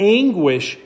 anguish